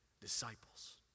disciples